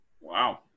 Wow